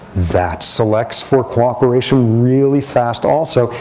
that selects for cooperation really fast also.